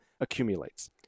accumulates